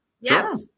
Yes